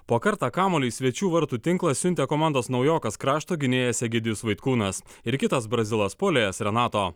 po kartą kamuolį į svečių vartų tinklą siuntė komandos naujokas krašto gynėjas egidijus vaitkūnas ir kitas brazilas puolėjas renato